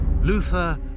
Luther